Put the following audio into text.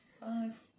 Five